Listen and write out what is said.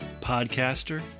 podcaster